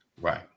Right